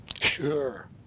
sure